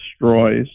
destroys